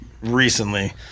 recently